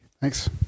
Thanks